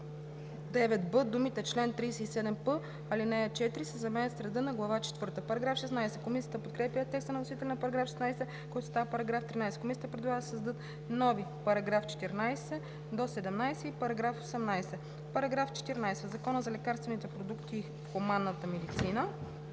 Закона за лекарствените продукти в хуманната медицина